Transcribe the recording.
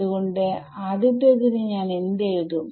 അത്കൊണ്ട് ആദ്യത്തെതിന് ഞാൻ എന്ത് എഴുതും